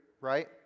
right